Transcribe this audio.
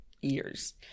years